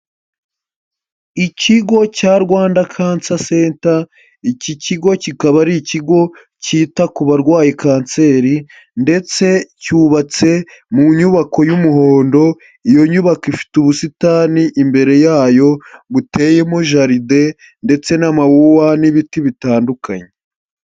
Ikigo cya Rwanda cancer centre, iki kigo kikaba ari ikigo cyita ku barwaye kanseri ndetse cyubatse mu nyubako y'umuhondo, iyo nyubako ifite ubusitani imbere yayo, buteyemo jaride ndetse n'amawuwa n'ibiti bitandukanye.